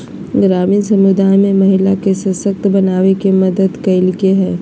ग्रामीण समुदाय में महिला के सशक्त बनावे में मदद कइलके हइ